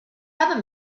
have